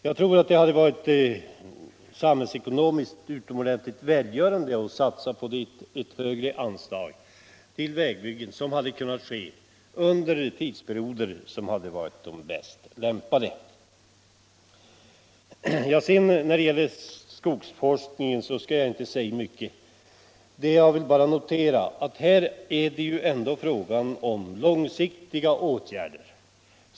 Jag tror att det hade varit samhällsekonomiskt utomordentligt välgörande att satsa på ett högre anslag till vägbyggen, som hade kunnat utföras under tidsperioder som hade varit de mest lämpliga. När det sedan gäller skogsforskningen skall jag inte säga mycket. Jag vill bara notera att här är det ändå fråga om långsiktiga åtgärder.